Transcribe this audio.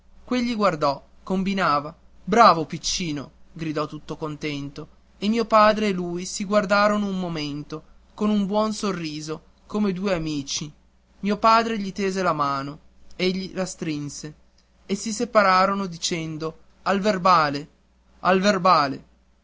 quegli guardò combinava bravo piccino esclamò tutto contento e mio padre e lui si guardarono un momento con un buon sorriso come due amici mio padre gli tese la mano egli la strinse e si separarono dicendo al verbale al verbale